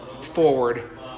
forward